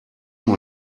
dans